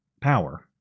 power